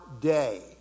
day